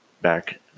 back